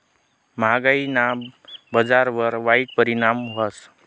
म्हागायीना बजारवर वाईट परिणाम व्हस